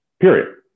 period